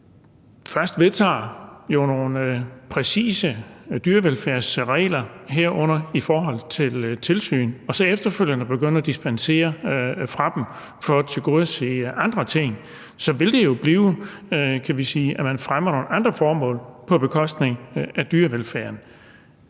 først vedtager nogle præcise dyrevelfærdsregler, herunder i forhold til tilsyn, og så efterfølgende begynder at dispensere fra dem for at tilgodese andre ting? For så vil det jo være sådan, at man fremmer andre formål på bekostning af dyrevelfærden.